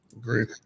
Great